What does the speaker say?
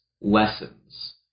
lessons